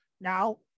now